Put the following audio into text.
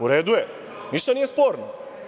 U redu je, ništa nije sporno.